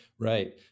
Right